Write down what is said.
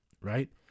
right